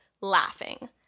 laughing